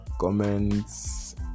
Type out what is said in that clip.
comments